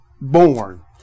born